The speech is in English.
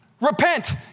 Repent